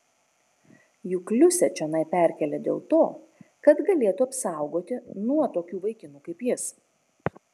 juk liusę čionai perkėlė dėl to kad galėtų apsaugoti nuo tokių vaikinų kaip jis